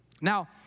Now